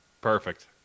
Perfect